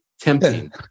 tempting